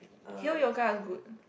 hale yoga good